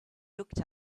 looked